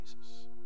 Jesus